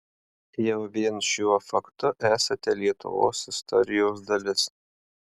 jau vien šiuo faktu esate lietuvos istorijos dalis